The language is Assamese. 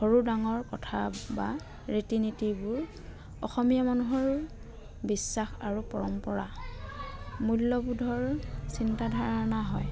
সৰু ডাঙৰ কথা বা ৰীতি নীতিবোৰ অসমীয়া মানুহৰ বিশ্বাস আৰু পৰম্পৰা মূল্যবোধৰ চিন্তা ধাৰণা হয়